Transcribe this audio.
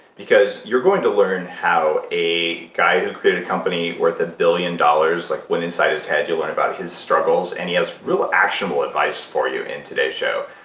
because you're going to learn how a guy who created a company worth a billion dollars, like, went inside his head. you'll learn about his struggles, and he has real, actionable advice for you in today's show.